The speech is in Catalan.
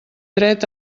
dret